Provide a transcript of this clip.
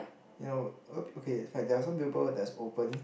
ya a lot of people get affect there are some people that's open